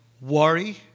worry